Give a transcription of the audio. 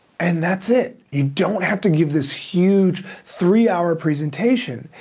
and that's it. you don't have to give this huge three hour presentation.